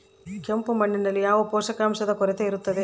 ಕೆಂಪು ಮಣ್ಣಿನಲ್ಲಿ ಯಾವ ಪೋಷಕಾಂಶದ ಕೊರತೆ ಇರುತ್ತದೆ?